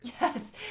yes